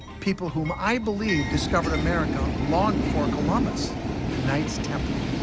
people whom i believe discovered america long before columbus the knights templar.